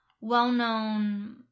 well-known